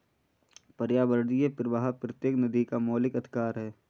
पर्यावरणीय प्रवाह प्रत्येक नदी का मौलिक अधिकार है